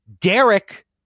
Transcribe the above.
Derek